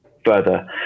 further